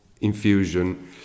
infusion